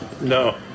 No